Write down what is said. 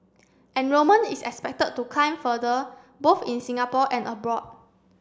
enrolment is expected to climb further both in Singapore and abroad